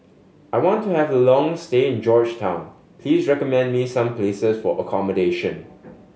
I want to have a long stay in Georgetown please recommend me some places for accommodation